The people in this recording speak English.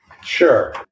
Sure